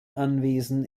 anwesen